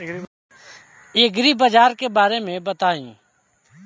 एग्रीबाजार के बारे में बताई?